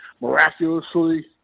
miraculously